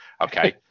Okay